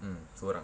mm sorang